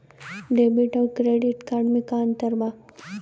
Debit आउर credit card मे का अंतर बा?